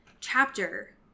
chapter